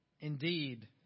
indeed